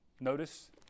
Notice